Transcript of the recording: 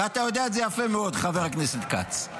ואתה יודע את זה יפה מאוד, חבר הכנסת כץ.